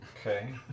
okay